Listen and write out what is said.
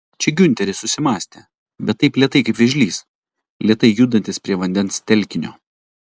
čia giunteris susimąstė bet taip lėtai kaip vėžlys lėtai judantis prie vandens telkinio